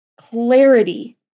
clarity